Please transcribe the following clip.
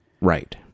Right